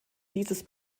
dieses